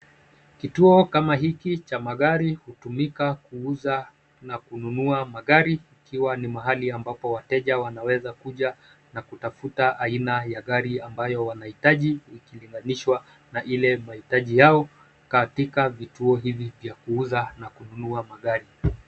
Kituo kama hiki cha magari hutumika kuuza na kununua magari ikiwa ni mahali ambapo wateja wanaweza kuja na kutafuta aina ya gari ambayo wanahitaji ikilinganishwa na ile mahitaji yao katika vituo hivi vya kuuza na kununua magari